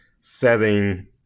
setting